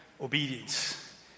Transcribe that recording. obedience